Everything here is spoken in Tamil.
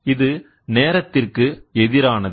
இது நேரத்திற்கு எதிரானது